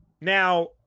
now